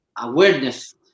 awareness